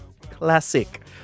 classic